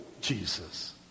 Jesus